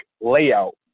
layout